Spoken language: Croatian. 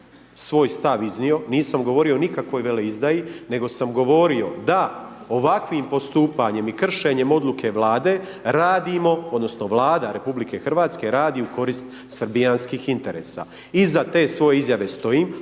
svoj stav iznio, nisam govorio o nikakvoj veleizdaji, nego sam govorio da ovakvim postupanjem i kršenjem odluke vlade, radimo odnosno, Vlada RH, radi u korist srbijanskih istesa. Iza te svoje izjave stojim,